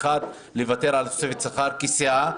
ויתרנו על תוספת השכר כסיעה.